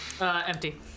Empty